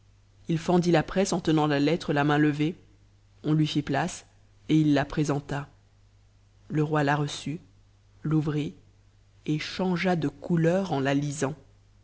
it fendit la presse en tenant la lettre la main levée ou lui fit place et i la présenta le roi la reçut t'ouvrit et changea de couleur m la lisant